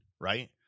right